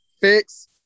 Fix